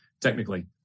technically